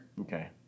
Okay